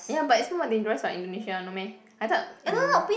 ya but it's more dangerous what Indonesia no meh I thought in